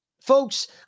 folks